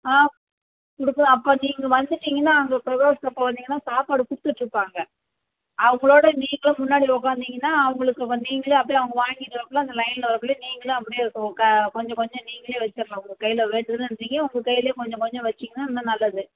ஆ கொடுக்கலாம் அப்போ நீங்கள் வந்துட்டிங்கனால் அங்கே பிரதோஷத்து அப்போ வந்தீங்கனால் சாப்பாடு கொடுத்து வச்சிருப்பாங்க அவங்களோடு நீங்களும் முன்னாடி உட்காதிங்கனா உங்களுக்கு நீங்களே அப்படியே அவங்க வாங்கிட்டு வர்றதுக்குள்ள அந்த லைனில் வர்றக்குள்ள நீங்களும் அப்படியே உங்கள் க கொஞ்சம் கொஞ்சம் நீங்களே வெச்சிடுலாம் உங்கள் கையில் வேண்டுதல்றீங்க நீங்களே உங்கள் கைலேயே கொஞ்சம் கொஞ்சம் வச்சிங்கனா இன்னும் நல்லது